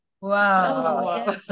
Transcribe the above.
wow